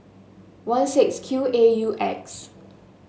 one six Q A U X